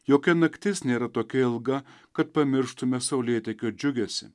jokia naktis nėra tokia ilga kad pamirštume saulėtekio džiugesį